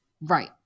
right